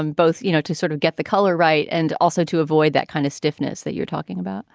and both, you know, to sort of get the color right and also to avoid that kind of stiffness that you're talking about